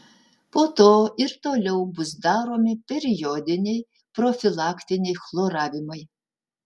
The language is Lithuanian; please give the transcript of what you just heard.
po to ir toliau bus daromi periodiniai profilaktiniai chloravimai